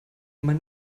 man